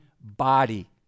body